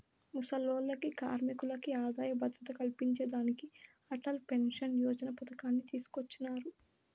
ముసలోల్లకి, కార్మికులకి ఆదాయ భద్రత కల్పించేదానికి అటల్ పెన్సన్ యోజన పతకాన్ని తీసుకొచ్చినారు